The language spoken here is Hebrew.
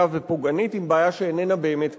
ופוגענית עם בעיה שאיננה באמת קיימת,